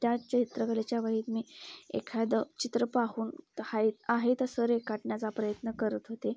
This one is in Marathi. त्या चित्रकलेच्या वहीत मी एखादं चित्र पाहून हाये आहे तसं रेखाटण्याचा प्रयत्न करत होते